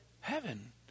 heaven